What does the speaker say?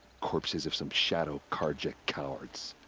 corpses of some shadow carja cowards.